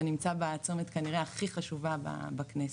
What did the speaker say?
שנמצא כנראה בצומת הכי חשובה בכנסת.